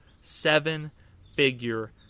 seven-figure